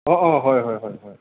অঁ অঁ হয় হয় হয়